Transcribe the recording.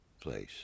place